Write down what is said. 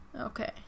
okay